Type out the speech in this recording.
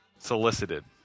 Solicited